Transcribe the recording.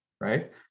right